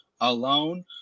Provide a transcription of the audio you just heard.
alone